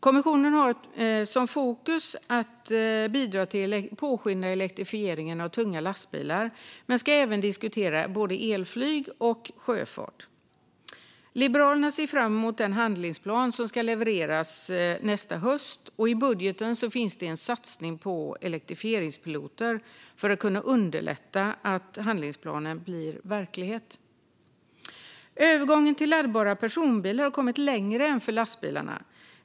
Kommissionen har som fokus att påskynda elektrifieringen av tunga lastbilar men ska även diskutera både elflyg och sjöfart. Liberalerna ser fram emot den handlingsplan som ska levereras nästa höst. I budgeten finns en satsning på elektrifieringspiloter för att underlätta att handlingsplanen blir verklighet. Övergången till laddbara personbilar har kommit längre än när det gäller lastbilarna.